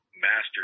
master